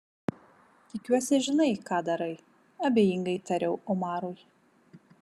tikiuosi žinai ką darai abejingai tariau omarui